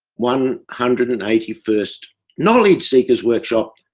one hundred and eighty first knowledge seekers workshop,